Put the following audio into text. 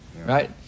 right